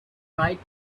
bright